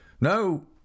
No